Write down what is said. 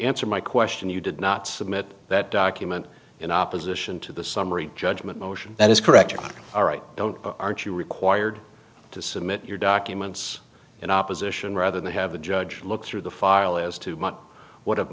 answer my question you did not submit that document in op position to the summary judgment motion that is correct all right don't aren't you required to submit your documents in opposition rather than have a judge look through the file as to what it